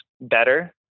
better